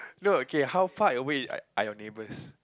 no okay how far away like are your neighbors